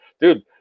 dude